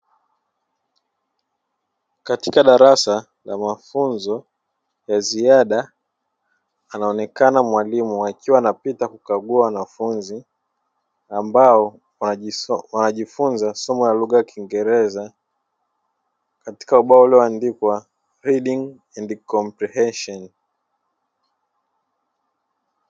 Katika darasa la mafunzo ya ziada anaonekana mwalimu akiwa anapita kukagua wanafunzi ambao wanajifunza somo la lugha ya kiingereza katika ubao ulioandikwa "reading and comprehension".